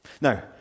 Now